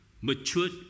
matured